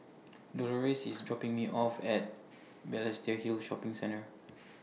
Dolores IS dropping Me off At Balestier Hill Shopping Centre